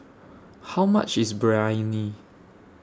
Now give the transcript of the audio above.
How much IS Biryani